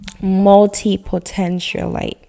multi-potentialite